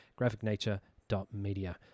graphicnature.media